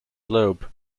globe